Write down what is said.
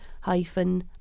hyphen